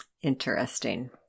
Interesting